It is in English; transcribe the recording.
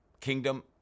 kingdom